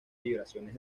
vibraciones